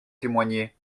témoigner